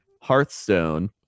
hearthstone